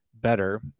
better